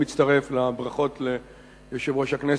אני מצטרף לברכות ליושב-ראש הכנסת,